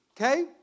Okay